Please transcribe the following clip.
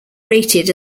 rated